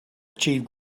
achieve